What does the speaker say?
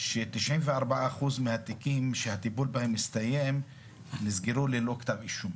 ש-94% מהתיקים שהטיפול בהם הסתיים נסגרו ללא כתב אישום.